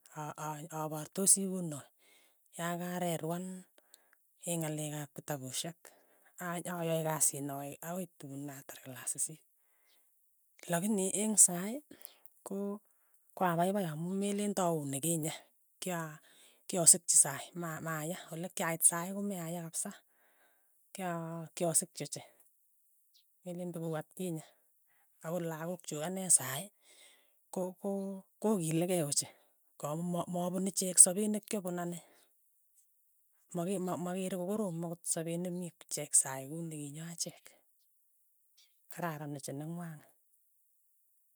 A- a- apartosi kunoe, yakarerwan eng' ng'alek ap kitapushek, ai ayai kasinoe, awek tuun atar klas sisiit, lakini eng' saii, ko koapaipai amu meleen tauu nekinye, kya kyasikchi saii, ma- ma ya, olekyait saii kome aya kapsa, kya kyasikchi ochei, melen tokouu atkinye. akot lakok chuk ane saii ko kokokilikei ochei, kamu ma- mapun ichek sapee nekyapun ane, make ma- makere ko koroom akot sapet nemii ichek saii kuu ni ki nyoo achek, kararan ochei neng'wai.